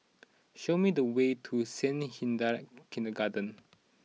show me the way to Saint Hilda's Kindergarten